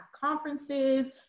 conferences